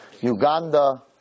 Uganda